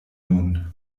nun